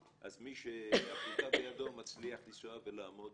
אז מי שהיכולת בידו מצליח לנסוע ולעמוד